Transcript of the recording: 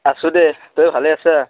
আছোঁ দে তই ভালে আছা